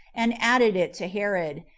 and added it to herod,